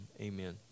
Amen